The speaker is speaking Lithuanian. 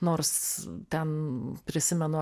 nors ten prisimenu